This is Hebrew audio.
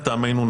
לטעמנו,